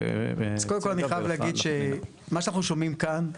קודם כל אני חייב להגיד שמה שאנחנו שומעים כאן,